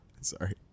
Sorry